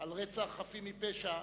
על רצח חפים מפשע,